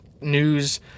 news